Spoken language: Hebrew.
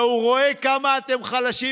והוא רואה כמה אתם חלשים,